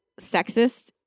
sexist